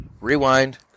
Rewind